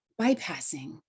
bypassing